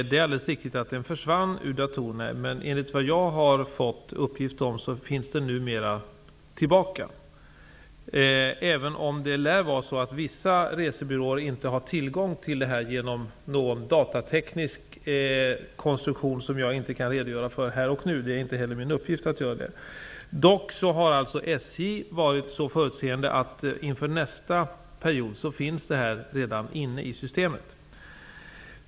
Det är alldeles riktigt att den försvann ur datorerna, men enligt vad jag har fått uppgift om har den numera kommit tillbaka, även om det lär vara så att vissa resebyråer inte har tillgång till detta genom någon datateknisk konstruktion som jag inte kan redogöra för här och nu. Det är inte heller min uppgift att göra det. Dock har SJ varit så förutseende att detta inför nästa period redan finns inne i systemet.